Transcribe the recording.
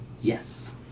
Yes